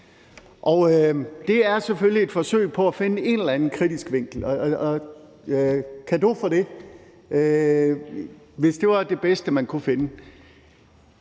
Det er selvfølgelig et forsøg på at finde en eller anden kritisk vinkel, og cadeau for det, hvis det var det bedste, man kunne finde.